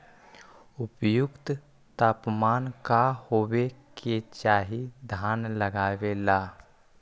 उपयुक्त तापमान का होबे के चाही धान लगावे ला?